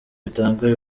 bitanga